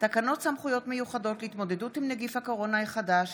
תקנות סמכויות מיוחדות להתמודדות עם נגיף הקורונה החדש